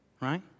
Right